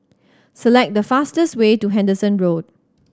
select the fastest way to Henderson Road